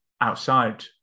outside